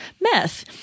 meth